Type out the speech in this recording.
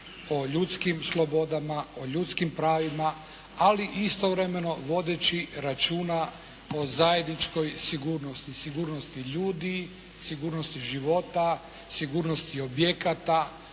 o ljudskim slobodama, o ljudskim pravima, ali istodobno vodeći računa o zajedničkoj sigurnosti sigurnosti ljudi, sigurnosti života, sigurnosti objekata,